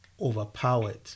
overpowered